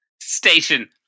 station